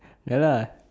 ya lah